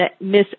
Miss